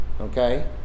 okay